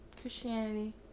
christianity